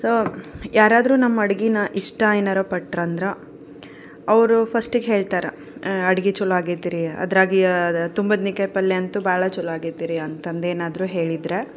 so ಯಾರಾದರೂ ನಮ್ಮ ಅಡ್ಗೇನ ಇಷ್ಟ ಏನಾದ್ರು ಪಟ್ರಂದ್ರೆ ಅವರು ಫಶ್ಟಿಗೆ ಹೇಳ್ತಾರೆ ಅಡುಗೆ ಚಲೋ ಆಗೈತ್ರಿ ಅದ್ರಾಗಿಯ ತುಂಬದ್ನಿಕಾಯಿ ಪಲ್ಯ ಅಂತು ಭಾಳ ಚಲೋ ಆಗೈತ್ರಿ ಅಂತಂದೇನಾದರೂ ಹೇಳಿದ್ರ